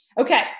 Okay